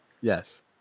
Yes